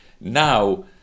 now